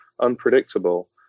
unpredictable